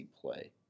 play